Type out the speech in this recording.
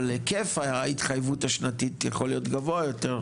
אבל היקף ההתחייבות השנתית יכול להיות גבוה יותר.